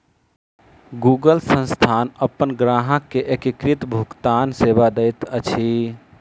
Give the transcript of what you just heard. Google संस्थान अपन ग्राहक के एकीकृत भुगतान सेवा दैत अछि